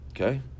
Okay